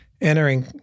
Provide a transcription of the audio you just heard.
entering